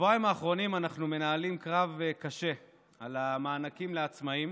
בשבועיים האחרונים אנחנו מנהלים קרב קשה על המענקים לעצמאים.